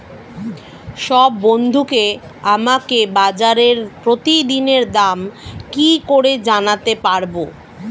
সব বন্ধুকে আমাকে বাজারের প্রতিদিনের দাম কি করে জানাতে পারবো?